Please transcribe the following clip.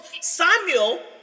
Samuel